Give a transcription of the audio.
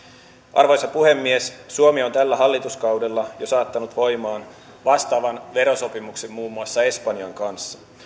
arvoisa puhemies suomi on tällä hallituskaudella jo saattanut voimaan vastaavan verosopimuksen muun muassa espanjan kanssa